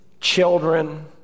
children